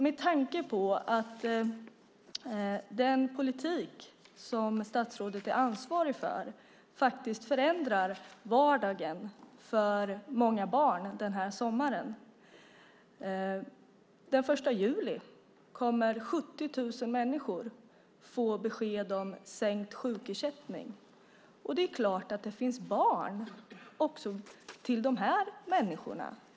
Den politik som statsrådet är ansvarig för förändrar vardagen för många barn den här sommaren. Den 1 juli kommer 70 000 människor att få besked om sänkt sjukförsäkring, och det är klart att även dessa människor har barn.